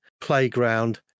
playground